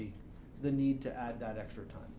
be the need to add that extra time